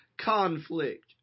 conflict